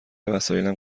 وسایلم